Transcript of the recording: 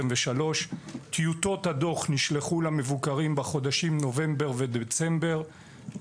טיוטות הדוח נשלחו למבוקרים בחודשים נובמבר ודצמבר,